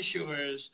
issuers